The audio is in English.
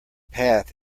path